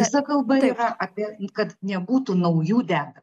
visa kalba yra apie kad nebūtų naujų dedama